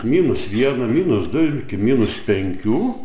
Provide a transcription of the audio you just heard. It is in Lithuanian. minus vieno minus du iki minus penkių